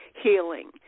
healing